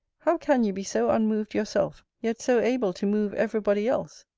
how can you be so unmoved yourself, yet so able to move every body else?